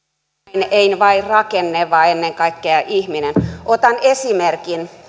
ei vain rakenne vaan ennen kaikkea ihminen otan esimerkin